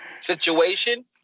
situation